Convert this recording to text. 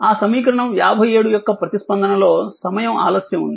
ఆ సమీకరణం 57 యొక్క ప్రతిస్పందనలో సమయం ఆలస్యం ఉంది